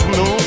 no